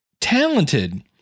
talented